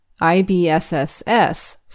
IBSSS